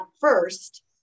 first